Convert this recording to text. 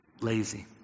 lazy